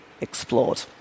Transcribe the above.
explored